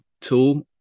tool